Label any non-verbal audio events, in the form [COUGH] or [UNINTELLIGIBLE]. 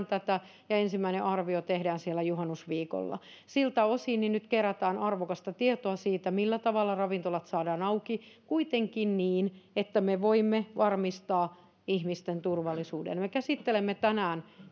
[UNINTELLIGIBLE] tätä ja ensimmäinen arvio tehdään siellä juhannusviikolla siltä osin nyt kerätään arvokasta tietoa siitä millä tavalla ravintolat saadaan auki kuitenkin niin että me voimme varmistaa ihmisten turvallisuuden me emme käsittele tänään